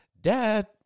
dad